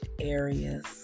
areas